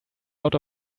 out